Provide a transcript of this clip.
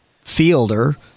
Fielder